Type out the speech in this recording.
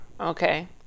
Okay